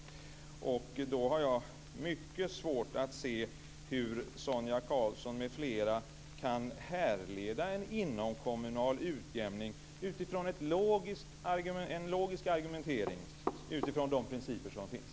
Då har jag mycket svårt att se hur Sonia Karlsson m.fl. kan härleda en inomkommunal utjämning utifrån en logisk argumentering och utifrån de principer som finns.